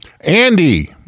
Andy